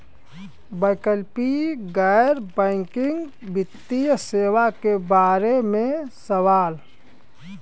वैकल्पिक गैर बैकिंग वित्तीय सेवा के बार में सवाल?